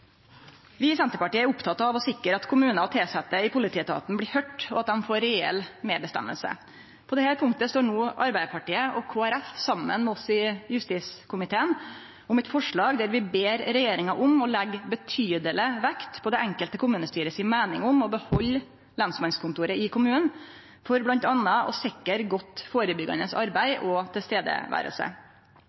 Vi i Senterpartiet er opptekne av å sikre at kommunar og tilsette i politietaten blir høyrde, og at dei reelt får vere med på å bestemme. På dette punktet står no Arbeidarpartiet og Kristeleg Folkeparti saman med oss i justiskomiteen om eit forslag til vedtak der vi «ber regjeringen sørge for at det legges betydelig vekt på det enkelte kommunestyres mening om å beholde lensmannskontoret i kommunen, for blant annet å sikre godt forebyggende arbeid og tilstedeværelse».